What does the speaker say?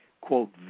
quote